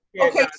Okay